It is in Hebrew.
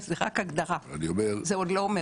זו רק הגדרה, זה עוד לא אומר.